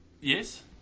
Yes